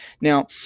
Now